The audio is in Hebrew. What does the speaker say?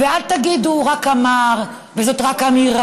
אל תגידו: הוא רק אמר, וזאת רק אמירה,